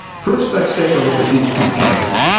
first, let's take a look at these two chambers.